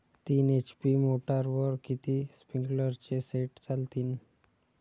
तीन एच.पी मोटरवर किती स्प्रिंकलरचे सेट चालतीन?